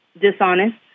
dishonest